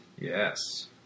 Yes